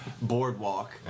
boardwalk